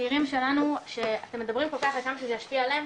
שלנו שאתם מדברים כל על כמה שזה ישפיע עליהם,